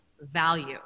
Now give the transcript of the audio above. value